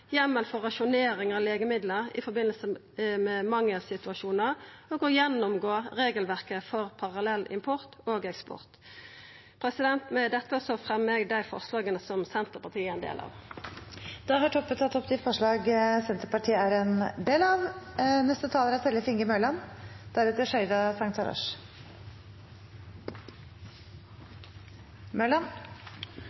for rasjonering av legemiddel i samband med mangelsituasjonar og å gjennomgå regelverket for parallell import og eksport. Med dette fremjar eg dei forslaga som Senterpartiet er ein del av. Da har representanten Kjersti Toppe tatt opp de forslagene hun viste til. Skal man først bli syk, er